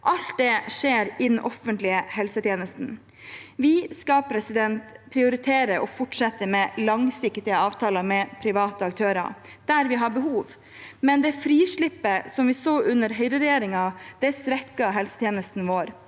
Alt det skjer i den offentlige helsetjenesten. Vi skal prioritere å fortsette med langsiktige avtaler med private aktører der vi har behov, men det frislippet vi så under høyreregjeringen, svekket helsetjenesten vår.